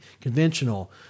conventional